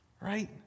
right